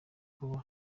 kuba